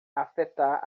afetar